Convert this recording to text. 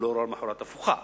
קיבלו למחרת הוראה הפוכה,